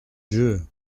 dieu